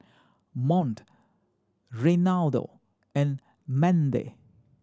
Mont Reynaldo and Mandie